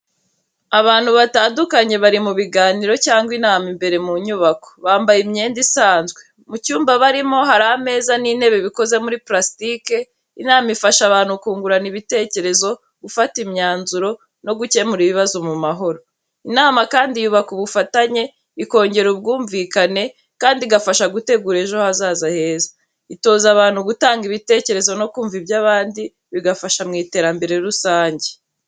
Abantu batandukanye bari mu biganiro cyangwa inama imbere mu nyubako. Bambaye imyenda isanzwe. Mu cyumba barimo hari ameza n'intebe bikoze muri palasitike. Inama ifasha abantu kungurana ibitekerezo, gufata imyanzuro, no gukemura ibibazo mu mahoro. Inama kandi yubaka ubufatanye, ikongera ubwumvikane, kandi igafasha gutegura ejo hazaza heza. Itoza abantu gutanga ibitekerezo no kumva iby’abandi, bigafasha mu iterambere rusange.